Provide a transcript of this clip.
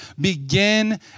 begin